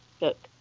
Look